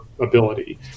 ability